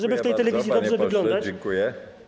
żeby w tej telewizji dobrze wyglądać.